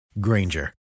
Granger